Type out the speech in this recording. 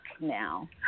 now